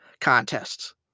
contests